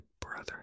brother